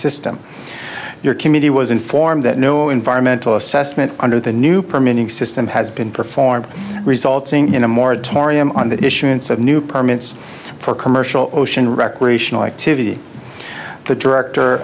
system your committee was informed that no environmental assessment under the new permitting system has been performed resulting in a moratorium on that issuance of new permits for commercial ocean recreational activity the director